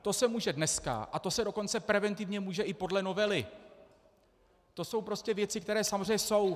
To se může dneska, a to se dokonce preventivně může i podle novely, to jsou věci, které samozřejmě jsou.